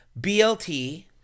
BLT